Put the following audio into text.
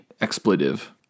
expletive